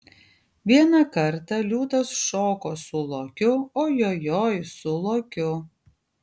vieną kartą liūtas šoko su lokiu ojojoi su lokiu